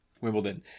Wimbledon